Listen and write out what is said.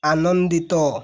ଆନନ୍ଦିତ